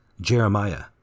Jeremiah